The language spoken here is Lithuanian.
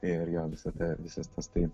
ir jo visa ta ir visas tas tai